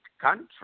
country